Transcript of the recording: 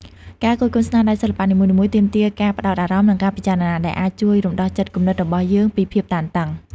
ការគយគន់ស្នាដៃសិល្បៈនីមួយៗ ទាមទារការផ្តោតអារម្មណ៍ និងការពិចារណា ដែលអាចជួយរំដោះចិត្តគំនិតរបស់យើងពីភាពតានតឹង។